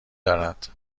دارد